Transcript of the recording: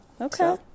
Okay